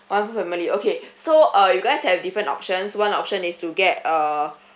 one full family okay so uh you guys have different options one option is to get uh